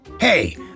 Hey